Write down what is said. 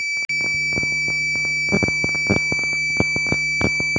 सरकार के द्वारा अनेको प्रकार उपकरण उपलब्ध करिले हारबेसटर तो अपने सब धरदे हखिन?